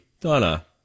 Donna